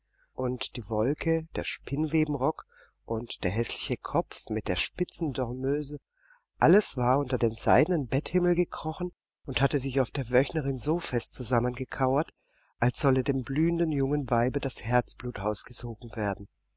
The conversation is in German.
und die wolke der spinnwebenrock und der häßliche kopf mit der spitzen dormeuse alles war unter den seidenen betthimmel gekrochen und hatte sich auf der wöchnerin so fest zusammengekauert als solle dem blühenden jungen weibe das herzblut ausgesogen werden